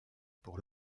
pour